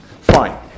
Fine